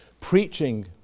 preaching